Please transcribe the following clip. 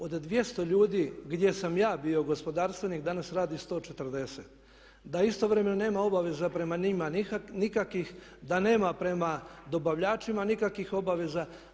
Od 200 ljudi gdje sam ja bio gospodarstvenik danas radi 140, da istovremeno nema obaveza prema njima nikakvih, da nema prema dobavljačima nikakvih obaveza.